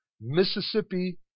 Mississippi